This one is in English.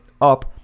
up